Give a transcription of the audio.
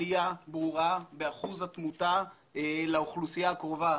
עליה ברורה באחוז התמותה לאוכלוסייה הקרובה,